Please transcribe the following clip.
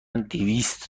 دویست